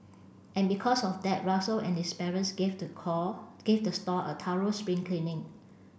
and because of that Russell and his parents gave the call gave the stall a thorough spring cleaning